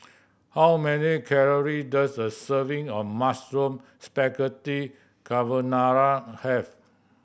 how many calorie does a serving of Mushroom Spaghetti Carbonara have